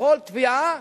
בכל התביעה.